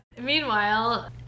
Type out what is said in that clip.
meanwhile